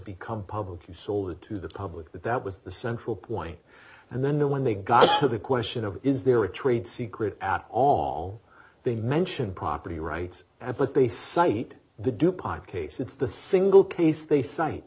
become public and sold it to the public that that was the central point and then when they got to the question of is there a trade secret at all they mention property rights and but they cite the dupont case it's the single case they cite